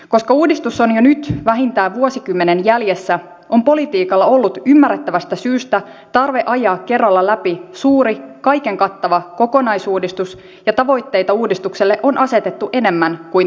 koska uudistus on jo nyt vähintään vuosikymmenen jäljessä on politiikalla ollut ymmärrettävästä syystä tarve ajaa kerralla läpi suuri kaiken kattava kokonaisuudistus ja tavoitteita uudistukselle on asetettu enemmän kuin tarpeeksi